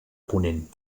ponent